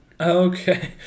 Okay